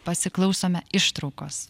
pasiklausome ištraukos